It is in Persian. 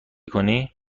کنی